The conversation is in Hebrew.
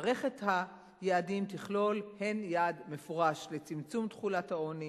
מערכת היעדים תכלול הן יעד מפורש לצמצום תחולת העוני